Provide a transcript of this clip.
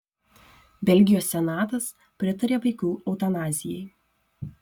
belgijos senatas pritarė vaikų eutanazijai